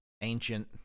ancient